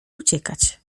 uciekać